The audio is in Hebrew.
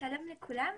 שלום לכולם.